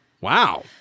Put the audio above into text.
Wow